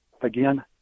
again